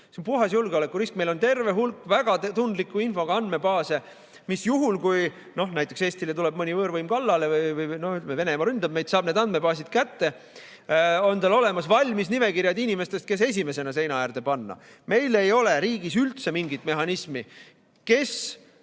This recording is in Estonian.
Puhas julgeolekurisk. Meil on terve hulk väga tundliku infoga andmebaase. Juhul, kui näiteks Eestile tuleb mõni võõrvõim kallale või, ütleme, Venemaa ründab meid ja saab need andmebaasid kätte, on tal olemas valmis nimekirjad inimestest, kes esimesena seina äärde panna. Meil ei ole riigis üldse mingit mehhanismi, kes,